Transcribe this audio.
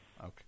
Okay